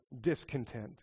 discontent